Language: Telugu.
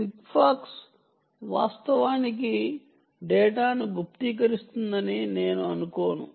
సిగ్ఫాక్స్ వాస్తవానికి డేటాను గుప్తీకరిస్తుందని నేను అనుకోను